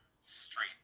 street